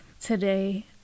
today